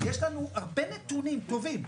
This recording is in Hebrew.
יש לנו הרבה נתונים טובים,